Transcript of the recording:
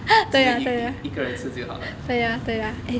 只是一一个人吃就好了